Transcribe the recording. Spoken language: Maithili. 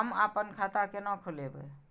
हम आपन खाता केना खोलेबे?